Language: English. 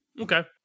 Okay